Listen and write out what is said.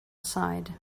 aside